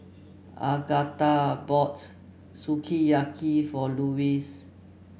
Agatha bought Sukiyaki for Lewis